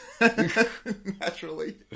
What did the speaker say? Naturally